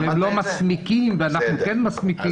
שהם לא מסמיקים, ואנחנו כן מסמיקים.